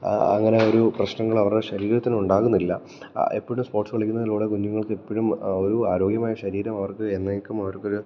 അങ്ങനെ ഒരു പ്രശ്നങ്ങളോ അവരുടെ ശരീരത്തിന് ഉണ്ടാകുന്നില്ല എപ്പോഴും സ്പോർട്സ് കളിക്കുന്നതിലൂടെ കുഞ്ഞുങ്ങൾക്ക് എപ്പോഴും ഒരു ആരോഗ്യമായ ശരീരം അവർക്ക് എന്നേക്കും അവർക്ക് ഒരു